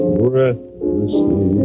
breathlessly